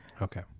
okay